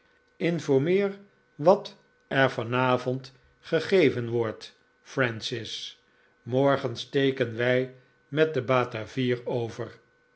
informeer wat er vanavond gegeven wordt francis morgen steken wij met de batavier over